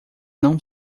não